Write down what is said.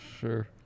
sure